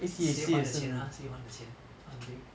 谁还的钱 ah 谁还的钱 funding